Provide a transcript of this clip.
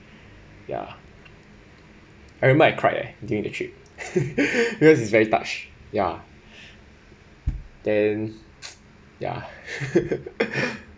ya I remember I cried leh during the trip because it's very touch ya then ya